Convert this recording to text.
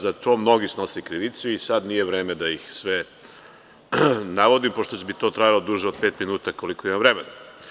Za to mnogi snose krivicu, ali nije vreme da ih sve navodim, pošto bi trajalo duže od pet minuta, koliko imam vremena.